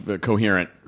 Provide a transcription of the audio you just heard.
coherent